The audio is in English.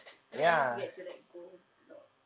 I mean at least you get to like go a lot